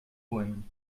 bäumen